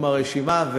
עם הרשימה,